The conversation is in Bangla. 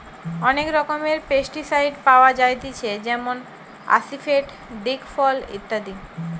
অনেক রকমের পেস্টিসাইড পাওয়া যায়তিছে যেমন আসিফেট, দিকফল ইত্যাদি